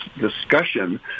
discussion